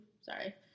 sorry